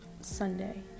Sunday